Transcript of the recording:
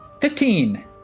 Fifteen